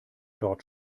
dort